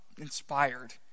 inspired